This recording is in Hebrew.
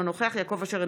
אינו נוכח יעקב אשר,